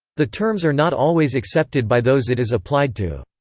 the terms are not always accepted by those it is applied to.